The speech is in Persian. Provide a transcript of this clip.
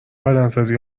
بدنسازی